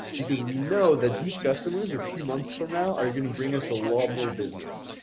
because we know that these customers a few months from now are gonna bring us a lot more business.